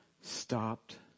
stopped